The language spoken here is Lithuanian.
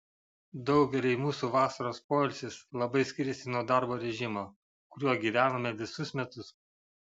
daugeliui mūsų vasaros poilsis labai skiriasi nuo darbo režimo kuriuo gyvename visus metus